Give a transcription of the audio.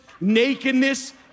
nakedness